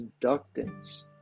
inductance